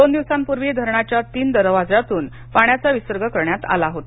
दोन दिवसांपूर्वी धरणाच्या तीन दरवाजातून पाण्याचा विसर्ग करण्यात आला होता